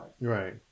Right